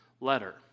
letter